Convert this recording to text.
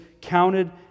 counted